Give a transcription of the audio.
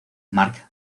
mark